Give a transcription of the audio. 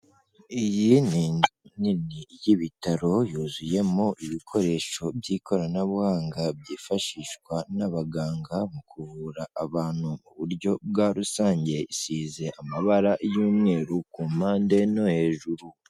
Iyi ni inyubako nini y'ibitaro yuzuyemo ibikoresho by'ikoranabuhanga byifashishwa n'abaganga mu kuvura abantu mu buryo bwa rusange, isize amabara y'umweru ku mpande no hejuru.